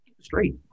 straight